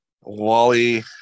Wally